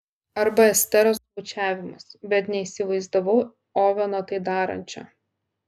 arba esteros bučiavimas bet neįsivaizdavau oveno tai darančio